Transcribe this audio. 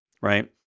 right